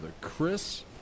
Chris